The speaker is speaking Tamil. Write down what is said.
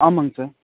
ஆமாங்க சார்